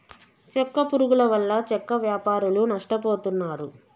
చెక్క పురుగుల వల్ల చెక్క వ్యాపారులు నష్టపోతున్నారు